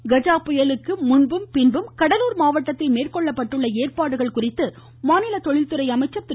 சம்பத் கஜா புயலுக்கு முன்னும் பின்னும் கடலூர் மாவட்டத்தில் மேற்கொள்ளப்பட்டுள்ள ஏற்பாடுகள் குறித்து மாநில தொழில்துறை அமைச்சா் திரு